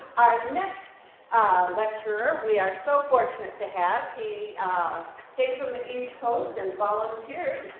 our next lecturer we are so fortunate to have. he came from the east coast and volunteered.